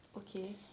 okay